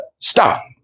Stop